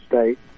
State